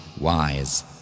wise